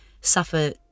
suffer